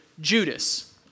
Judas